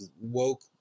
woke